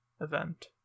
event